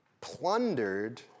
plundered